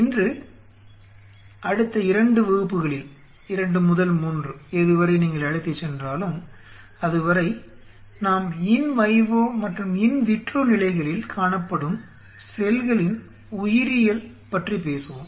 இன்று அடுத்த 2 வகுப்புகளில் 2 முதல் 3 எதுவரை நீங்கள் அழைத்துச் சென்றாலும் அதுவரை நாம் இன் வைவோ மற்றும் இன் விட்ரோ நிலைகளில் காணப்படும் செல்களின் உயிரியல் பற்றி பேசுவோம்